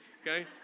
okay